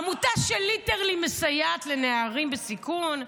עמותה ש- literallyמסייעת לנערים בסיכון,